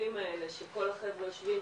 הערבים האלה שכל החבר'ה יושבים